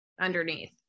underneath